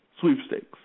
sweepstakes